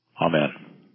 Amen